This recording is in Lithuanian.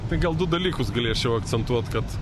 tai gal du dalykus galėčiau akcentuot kad